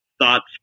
thoughts